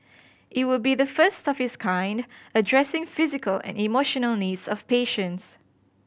it would be the first of its kind addressing physical and emotional needs of patients